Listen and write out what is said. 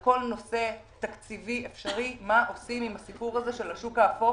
לראות מה עושים עם הסיפור הזה של השוק האפור,